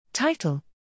Title